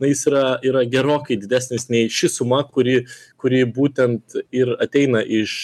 na jis yra yra gerokai didesnis nei ši suma kuri kuri būtent ir ateina iš